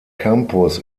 campus